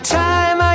time